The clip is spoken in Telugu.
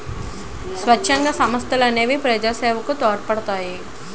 స్వచ్ఛంద సంస్థలనేవి ప్రజాసేవకు తోడ్పడతాయి